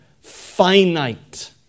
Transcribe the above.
finite